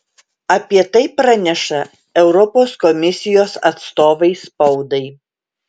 apie tai praneša europos komisijos atstovai spaudai